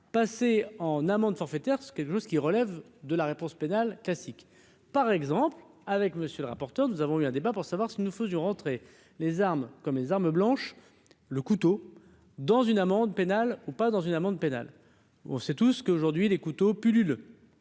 passer en amende forfaitaire, ce qui est tout ce qui relève de la réponse pénale classique par exemple avec monsieur le rapporteur, nous avons eu un débat pour savoir si nous faisions rentrer les armes comme les armes blanches, le couteau dans une amende pénale ou pas dans une amende pénale, on sait tout ce qu'est aujourd'hui les couteaux pullulent.